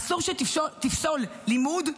אסור שתפסול לימוד,